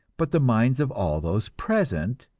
but the minds of all those present,